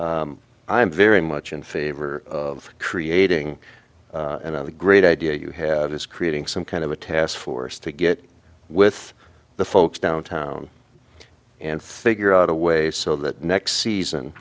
i'm very much in favor of creating and have a great idea you have is creating some kind of a task force to get with the folks downtown and figure out a way so that next season